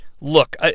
look